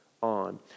on